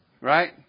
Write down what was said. Right